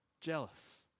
jealous